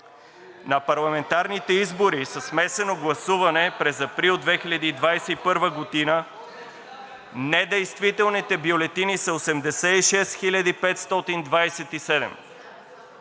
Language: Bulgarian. На парламентарните избори със смесено гласуване през април 2021 г. недействителните бюлетини са 86 527.